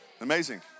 Amazing